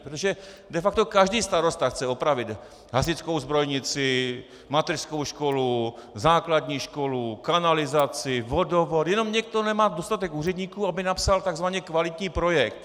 Protože de facto každý starosta chce opravit hasičskou zbrojnici, mateřskou školu, základní školu, kanalizaci, vodovod, jenom někdo nemá dostatek úředníků, aby napsal takzvaně kvalitní projekt.